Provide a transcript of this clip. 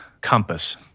compass